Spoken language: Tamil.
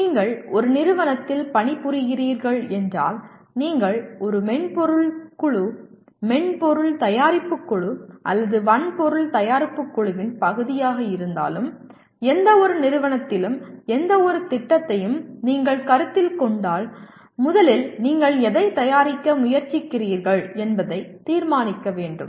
நீங்கள் ஒரு நிறுவனத்தில் பணிபுரிகிறீர்கள் என்றால் நீங்கள் ஒரு மென்பொருள் குழு மென்பொருள் தயாரிப்பு குழு அல்லது வன்பொருள் தயாரிப்பு குழுவின் பகுதியாக இருந்தாலும் எந்தவொரு நிறுவனத்திலும் எந்தவொரு திட்டத்தையும் நீங்கள் கருத்தில் கொண்டால் முதலில் நீங்கள் எதை தயாரிக்க முயற்சிக்கிறீர்கள் என்பதை தீர்மானிக்க வேண்டும்